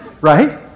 Right